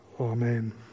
Amen